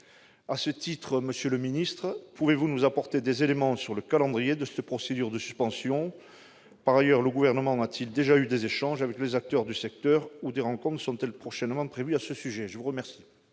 À ce titre, monsieur le ministre, pouvez-vous nous apporter des éléments sur le calendrier de cette procédure de suspension ? Par ailleurs, le Gouvernement a-t-il déjà eu des échanges avec les acteurs du secteur ou des rencontres sont-elles prévues prochainement à ce sujet ? La parole